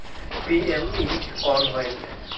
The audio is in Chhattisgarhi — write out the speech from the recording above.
पी.एम.ई कौन होयल?